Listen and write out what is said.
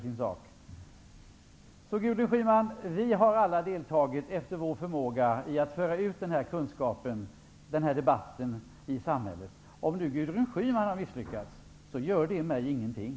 Så, Gudrun Schyman, vi har alla deltagit efter förmåga i arbetet med att föra ut den här kunskapen och debatten i samhället. Om nu Gudrun Schyman har misslyckats, så gör det mig ingenting.